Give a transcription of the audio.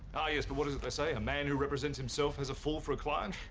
oh yes, but what is it they say? a man who represents himself has a fool for a client.